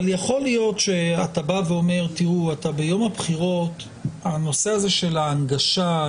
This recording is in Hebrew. יכול להיות שאתה בא ואומר: ביום הבחירות הנושא הזה של ההנגשה,